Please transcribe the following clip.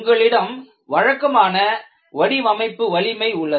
உங்களிடம் வழக்கமான வடிவமைப்பு வலிமை உள்ளது